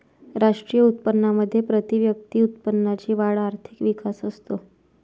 राष्ट्रीय उत्पन्नामध्ये प्रतिव्यक्ती उत्पन्नाची वाढ आर्थिक विकास असतो